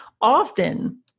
often